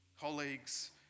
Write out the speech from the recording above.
colleagues